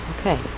Okay